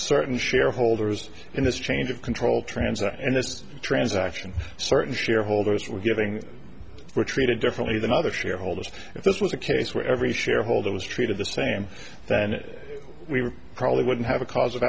certain shareholders in this chain of control trans are in this transaction certain shareholders we're giving we're treated differently than other shareholders if this was a case where every shareholder was treated the same then we probably wouldn't have a cause of